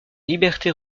liberté